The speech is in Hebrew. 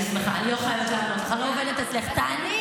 אני מבקשת שהזמן הזה יחזור אליי.